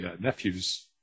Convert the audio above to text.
nephew's